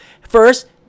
First